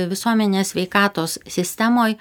visuomenės sveikatos sistemoj